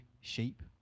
sheep